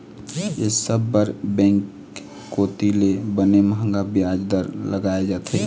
ये सब बर बेंक कोती ले बने मंहगा बियाज दर लगाय जाथे